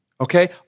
okay